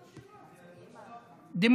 (חוזר על דבריו בערבית.) זכות השיבה.